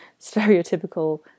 stereotypical